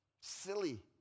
silly